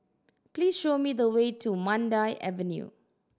please show me the way to Mandai Avenue